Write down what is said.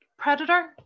predator